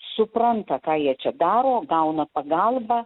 supranta ką jie čia daro gauna pagalbą